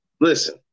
Listen